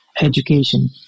education